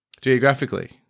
geographically